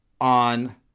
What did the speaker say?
on